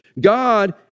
God